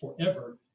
forever